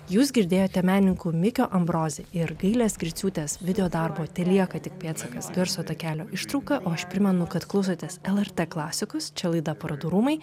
jūs girdėjote menininkų mikio ambrozi ir gailės griciūtės videodarbo telieka tik pėdsakas garso takelio ištrauką o aš primenu kad klausotės lrt klasikos čia laida parodų rūmai